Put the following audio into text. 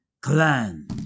clan